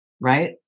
Right